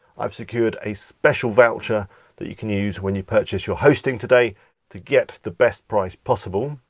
i've secured a special voucher that you can use when you purchase your hosting today to get the best price possible.